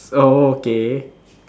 oh okay